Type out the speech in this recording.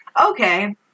Okay